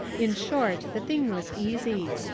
in short, the thing was easy.